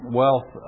wealth